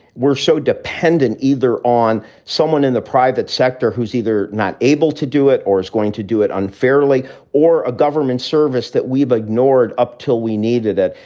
we're so dependent either on someone in the private sector who's either not able to do it or is going to do it unfairly or a government service that we've ignored up till we needed it.